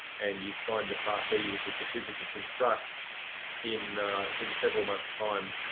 and you signed the part b which is the physical construct in in several months time.